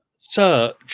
search